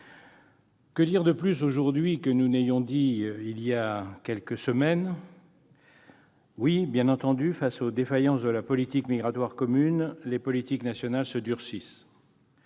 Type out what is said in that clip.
Que dire aujourd'hui que nous n'ayons déjà dit il y a quelques semaines ? Oui, eu égard aux défaillances de la politique migratoire commune, les politiques nationales se durcissent.